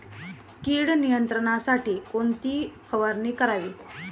कीड नियंत्रणासाठी कोणती फवारणी करावी?